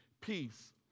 peace